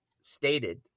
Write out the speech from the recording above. stated